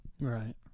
Right